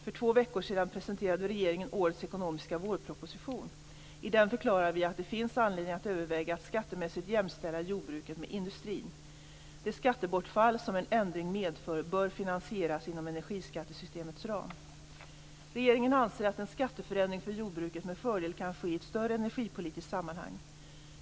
För två veckor sedan presenterade regeringen årets ekonomiska vårproposition. I den förklarar vi att det finns anledning att överväga att skattemässigt jämställa jordbruket med industrin. Det skattebortfall som en ändring medför bör finansieras inom energiskattesystemets ram. Regeringen anser att en skatteförändring för jordbruket med fördel kan ske i ett större energipolitiskt sammanhang.